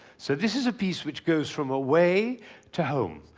so this is a piece which goes from away to home.